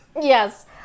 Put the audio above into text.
Yes